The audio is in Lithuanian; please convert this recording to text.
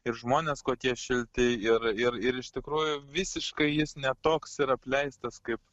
ir žmonės kokie šilti ir ir iš tikrųjų visiškai jis ne toks ir apleistas kaip